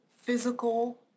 physical